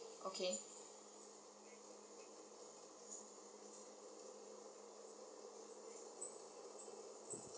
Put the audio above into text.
okay